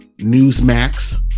Newsmax